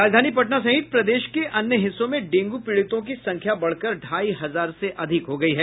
राजधानी पटना सहित प्रदेश के अन्य हिस्सों में डेंगू पीड़ितों की संख्या बढ़कर ढाई हजार से अधिक हो गयी है